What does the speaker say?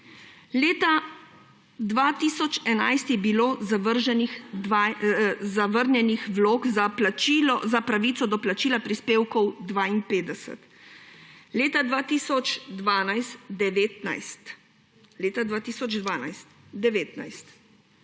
Leta 2011 je bilo zavrnjenih vlog za pravico do plačila prispevkov 52, leta 2012 – 19,